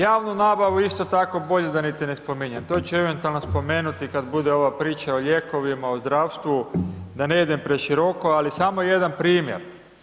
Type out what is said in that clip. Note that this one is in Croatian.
Javnu nabavu, isto tako bolje da ne spominjem, to ću eventualno spomenuti kada bude ova priča o lijekovima, o zdravstvu, da ne idem preširoko, ali samo jedna primjer.